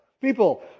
people